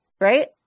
right